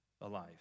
alive